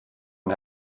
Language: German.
und